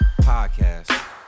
podcast